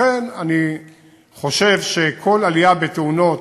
לכן אני חושב שכל עלייה בתאונות,